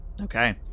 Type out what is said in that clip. Okay